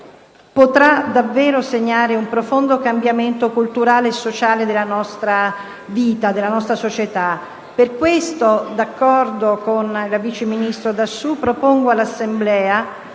potrà davvero segnare un profondo cambiamento culturale e sociale nella vita della nostra società. Per questo, d'accordo con la ministra Idem e la vice ministra Dassù, propongo all'Assemblea